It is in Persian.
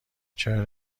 چرا